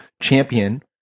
champion